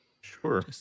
Sure